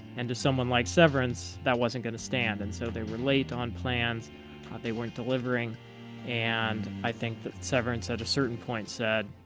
and to someone like severance that wasn't going to stand. and so they were late on plans and they weren't delivering and i think that severance at a certain point said,